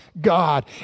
God